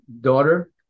daughter